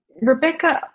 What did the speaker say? Rebecca